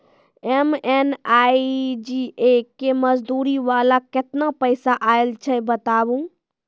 MNREGA के मज़दूरी वाला केतना पैसा आयल छै बताबू?